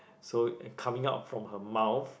so coming out from her mouth